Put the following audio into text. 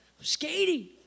skating